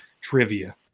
trivia